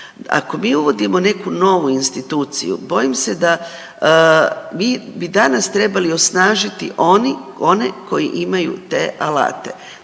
Ako mi uvodimo neku novu instituciju bojim se da mi bi danas trebali osnažiti one koji imaju te alate.